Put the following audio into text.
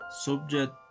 subject